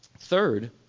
Third